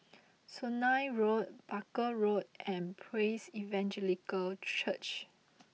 Sungei Road Barker Road and Praise Evangelical Church